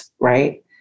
right